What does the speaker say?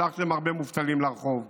שלחתם הרבה מובטלים לרחוב.